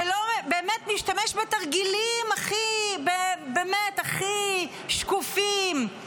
שמשתמש בתרגילים באמת הכי שקופים,